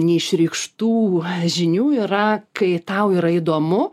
neišreikštų žinių yra kai tau yra įdomu